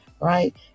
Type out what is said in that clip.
right